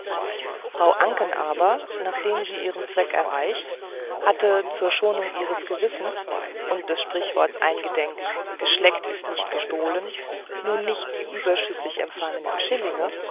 frau anken aber nachdem sie ihren zweck erreicht hatte zur schonung ihres gewissens und des sprichwortes gedenkend geschleckt ist nicht gestohlen nun nicht die überschüssig empfangenen schillinge